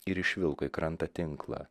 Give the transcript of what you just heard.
ir išvilko į krantą tinklą